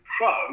pro